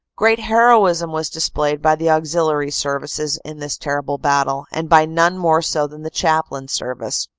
great heroism was displayed by the auxiliary services in this terrible battle, and by none more so than the chaplain service.